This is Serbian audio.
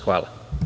Hvala.